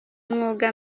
mwuga